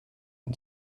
and